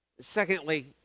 Secondly